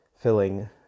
filling